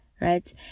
right